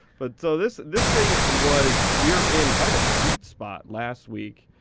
but so this this thing was we were in kind of a sweet spot last week,